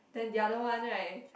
then the other one right